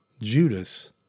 Judas